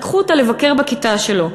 לקחו אותה לבקר בכיתה שלו,